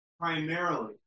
primarily